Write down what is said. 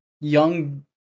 Young